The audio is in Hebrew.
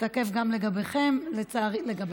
חשבתי שזה תקף גם לגביכם, לגביכן.